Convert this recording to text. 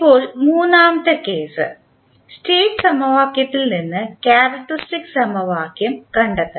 ഇപ്പോൾ മൂന്നാമത്തെ case state സമവാക്യത്തിൽ നിന്ന് ക്യാരക്ക്റ്ററിസ്റ്റിക് സമവാക്യം കണ്ടെത്തണം